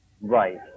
Right